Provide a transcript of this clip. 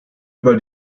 über